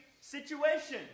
situation